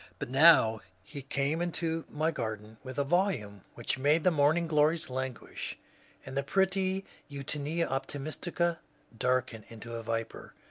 but now he came into my garden with a volume which made the morning-glories languish and the pretty eutoenia optimistica darken into a viper.